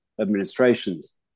administrations